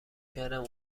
کردم